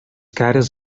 cares